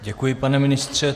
Děkuji, pane ministře.